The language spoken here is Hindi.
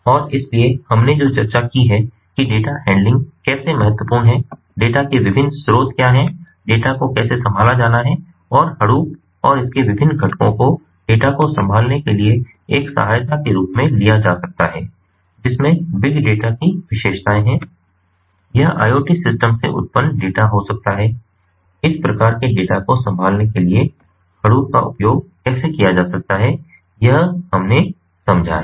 और इसलिए हमने जो चर्चा की है कि डेटा हैंडलिंग कैसे महत्वपूर्ण है डेटा के विभिन्न स्रोत क्या हैं डेटा को कैसे संभाला जाना है और Hadoop और इसके विभिन्न घटकों को डेटा को संभालने के लिए एक सहायता के रूप में लिया जा सकता है जिसमें बिग डेटा की विशेषताएं हैं यह IoT सिस्टम से उत्पन्न डेटा हो सकता है इस प्रकार के डेटा को संभालने के लिए Hadoop का उपयोग कैसे किया जा सकता है यह हमने समझा है